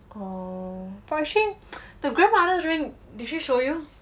oh but actually the grandmother's ring did she show you